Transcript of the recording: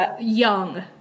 young